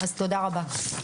תודה רבה.